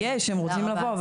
יש, הם רוצים לבוא.